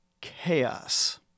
chaos